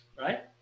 right